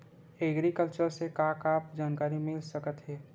Agriculture से का का जानकारी मिल सकत हे?